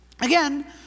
Again